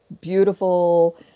beautiful